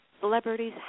celebrities